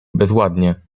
bezładnie